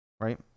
right